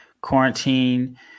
quarantine